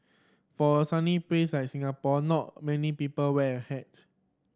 for a sunny place like Singapore not many people wear a hat